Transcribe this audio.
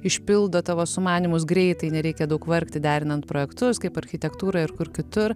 išpildo tavo sumanymus greitai nereikia daug vargti derinant projektus kaip architektūrą ir kur kitur